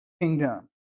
kingdom